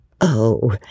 Oh